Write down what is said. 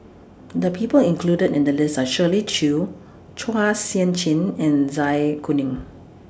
The People included in The list Are Shirley Chew Chua Sian Chin and Zai Kuning